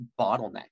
bottleneck